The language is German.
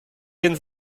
den